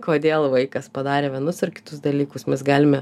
kodėl vaikas padarė vienus ar kitus dalykus mes galime